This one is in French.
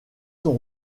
son